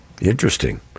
Interesting